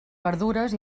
verdures